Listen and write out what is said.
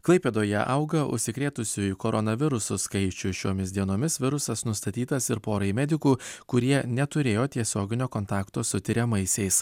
klaipėdoje auga užsikrėtusiųjų koronavirusu skaičius šiomis dienomis virusas nustatytas ir porai medikų kurie neturėjo tiesioginio kontakto su tiriamaisiais